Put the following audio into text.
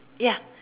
ya